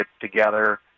together